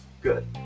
good